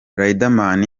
riderman